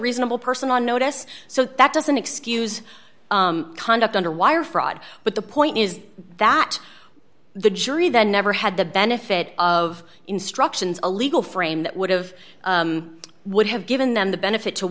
reasonable person on notice so that doesn't excuse conduct underwire fraud but the point is that the jury that never had the benefit of instructions a legal frame that would of would have given them the benefit to